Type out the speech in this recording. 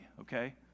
okay